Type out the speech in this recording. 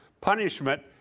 punishment